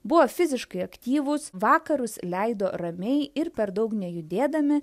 buvo fiziškai aktyvūs vakarus leido ramiai ir per daug nejudėdami